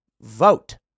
vote